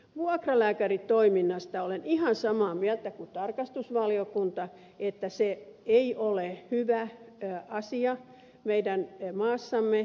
vuokralääkäritoiminnasta olen ihan samaa mieltä kuin tarkastusvaliokunta että se ei ole hyvä asia meidän maassamme